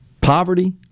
Poverty